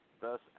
thus